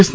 S